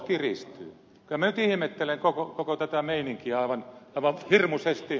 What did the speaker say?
kyllä minä nyt ihmettelen koko tätä meininkiä aivan hirmuisesti